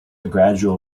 gradual